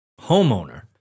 homeowner